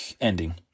ending